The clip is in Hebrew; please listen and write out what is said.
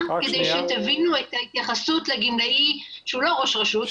כדי שתבינו את ההתייחסות לגמלאי שהוא לא ראש רשות,